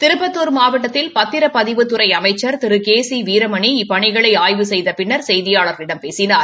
திருப்பத்தூர் மாவட்டத்தில் பத்திரப்பதிவுத்துறை அமைச்சள் திரு கே சி வீரமணி இப்பணிகளை ஆய்வு செய்த பின்னர் செய்தியாளர்களிடம் பேசினார்